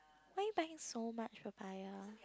why you buying so much papaya